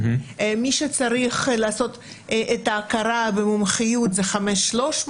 מי שצריך לעשות את ההכרה במומחיות זה 5,300